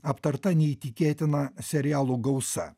aptarta neįtikėtina serialų gausa